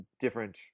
different